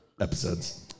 episodes